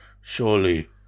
Surely